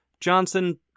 Johnson